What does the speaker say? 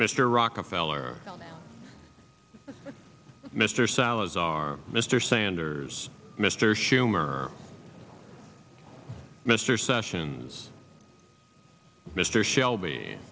mr rockefeller mr salazar mr sanders mr schumer mr sessions mr shelby